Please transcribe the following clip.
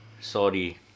Sorry